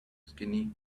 skinny